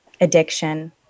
addiction